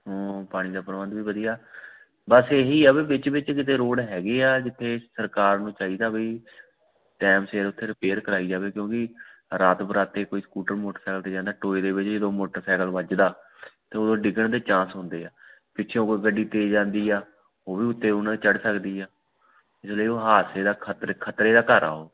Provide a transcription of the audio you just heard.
ਪਾਣੀ ਦਾ ਪ੍ਰਬੰਧ ਵੀ ਵਧੀਆ ਬਸ ਇਹੀ ਆ ਵੀ ਵਿੱਚ ਵਿੱਚ ਕਿਤੇ ਰੋਡ ਹੈਗੇ ਆ ਜਿੱਥੇ ਸਰਕਾਰ ਨੂੰ ਚਾਹੀਦਾ ਬਈ ਟੈਮ ਸਿਰ ਉੱਥੇ ਰਿਪੇਅਰ ਕਰਾਈ ਜਾਵੇ ਕਿਉਂਕਿ ਰਾਤ ਬਰਾਤੇ ਕੋਈ ਸਕੂਟਰ ਮੋਟਰਸਾਈਕਲ 'ਤੇ ਜਾਂਦਾ ਟੋਏ ਦੇ ਵਿੱਚ ਜਦੋਂ ਮੋਟਰਸਾਈਕਲ ਵੱਜਦਾ ਅਤੇ ਉਦੋਂ ਡਿੱਗਣ ਦੇ ਚਾਂਸ ਹੁੰਦੇ ਆ ਪਿੱਛੋਂ ਕੋਈ ਗੱਡੀ ਤੇਜ਼ ਆਉਂਦੀ ਆ ਉਹ ਵੀ ਉੱਤੇ ਉਹਨਾਂ ਦੇ ਚੜ੍ਹ ਸਕਦੀ ਆ ਜਿਹੜੇ ਉਹ ਹਾਦਸੇ ਦਾ ਖਤਰੇ ਦਾ ਘਰ ਆ ਉਹ